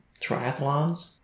triathlons